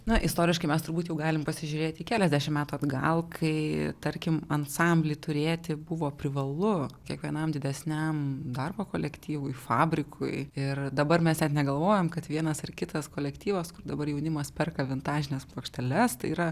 na istoriškai mes turbūt jau galim pasižiūrėti keliasdešimt metų atgal kai tarkim ansamblį turėti buvo privalu kiekvienam didesniam darbo kolektyvui fabrikui ir dabar mes net negalvojom kad vienas ar kitas kolektyvas dabar jaunimas perka vintažines plokšteles tai yra